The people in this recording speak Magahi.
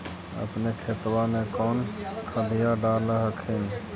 अपने खेतबा मे कौन खदिया डाल हखिन?